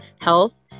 health